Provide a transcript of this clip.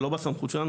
זה לא בסמכות שלנו,